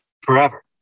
forever